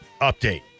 update